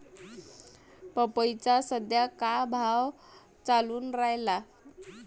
पपईचा सद्या का भाव चालून रायला?